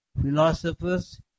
philosophers